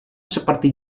seperti